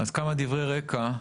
כמה דברי רקע,